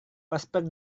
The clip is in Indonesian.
paspor